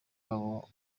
wabo